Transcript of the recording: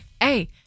Hey